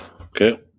okay